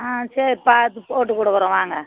ஆ சரி பார்த்து போட்டு கொடுக்குறோம் வாங்க